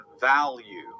value